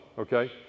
Okay